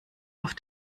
auf